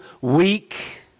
weak